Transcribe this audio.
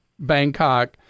bangkok